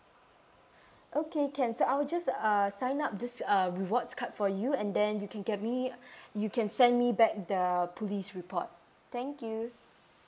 okay can so I'll just uh sign up this uh reward card for you and then you can get me you can send me back the police report thank you